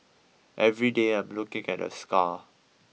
every day I'm looking at the scar